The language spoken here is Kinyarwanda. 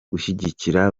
gushyigikira